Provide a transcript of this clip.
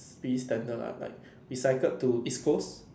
pretty standard lah like we cycle to East Coast